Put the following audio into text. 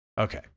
Okay